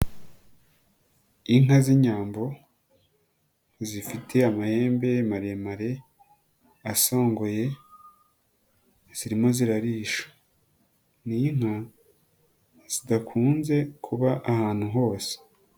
Inka z'inyambo zifite amahembe maremare asongoye ziririmo zirarisha, ni inka zidakunze kuba ahantu hose.